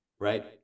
Right